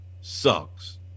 sucks